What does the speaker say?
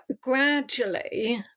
gradually